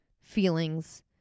feelings